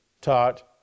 taught